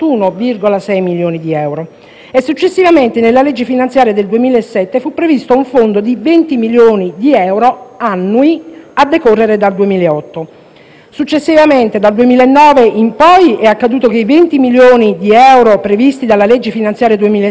successivamente, nella legge finanziaria 2007, fu previsto un fondo di 20 milioni di euro annui a decorrere dal 2008. Successivamente, dal 2009 in poi è accaduto che i 20 milioni di euro previsti dalla legge finanziaria 2007 non sono stati più stanziati,